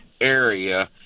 area